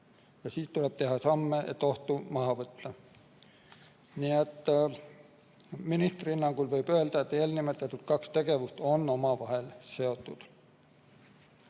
ja siis tuleb teha samme, et ohtu maha võtta. Nii et ministri hinnangul võib öelda, et eelnimetatud kaks tegevust on omavahel seotud.